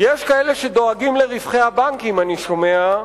יש כאלה שדואגים לרווחי הבנקים, אני שומע,